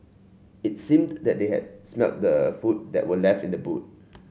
it seemed that they had smelt the food that were left in the boot